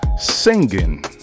singing